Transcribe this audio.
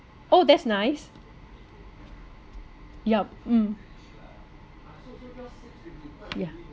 oh that's nice yup mm ya